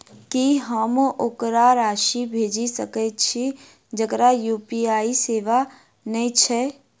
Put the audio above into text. की हम ओकरा राशि भेजि सकै छी जकरा यु.पी.आई सेवा नै छै?